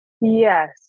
Yes